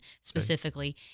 specifically